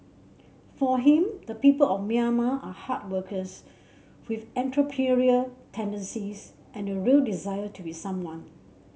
for him the people of Myanmar are hard workers with entrepreneurial tendencies and a real desire to be someone